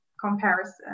comparison